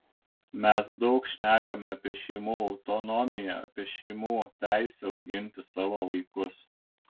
mes daug šnekame apie šeimų autonomiją apie šeimų teisę auginti savo vaikus